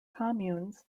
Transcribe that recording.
communes